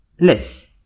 less